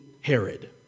Herod